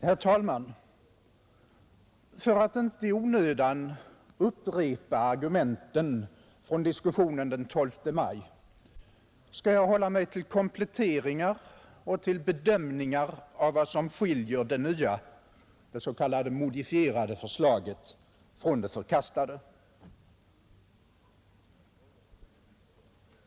Herr talman! För att inte i onödan upprepa argumenten från diskussionen den 12 maj skall jag hålla mig till kompletteringar och till bedömningar av vad som skiljer det nya, det s.k. modifierade, förslaget från det förkastade.